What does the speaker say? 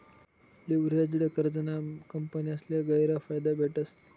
leveraged कर्जना कंपन्यासले गयरा फायदा भेटस